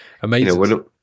Amazing